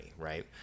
right